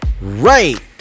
right